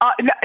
No